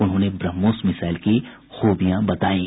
उन्होंने ब्रह्मोस मिसाईल की खूबियां बतायीं